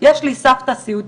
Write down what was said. יש לי סבתא סיעודית,